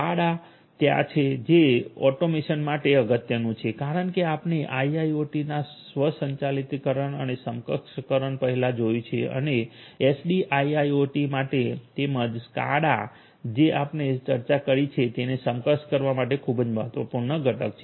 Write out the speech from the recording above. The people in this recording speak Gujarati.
સ્કાડા ત્યાં છે જે ઓટોમેશન માટે અગત્યનું છે કારણ કે આપણે આઈઆઈઓટી ના સ્વચાલિતકરણ અને સક્ષમકરણ પહેલાં જોયું છે અને એસડીઆઈઆઈઓટી માટે તેમજ સ્કાડા જે આપણે ચર્ચા કરી છે તેને સક્ષમ કરવા માટે ખૂબ જ મહત્વપૂર્ણ ઘટક છે